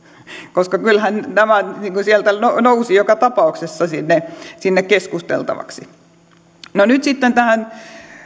ei kyllähän nämä sieltä nousivat joka tapauksessa keskusteltavaksi no nyt sitten tähän